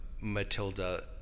Matilda